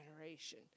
generation